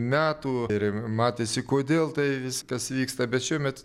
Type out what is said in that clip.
metų ir matėsi kodėl tai viskas vyksta bet šiuomet